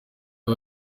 aho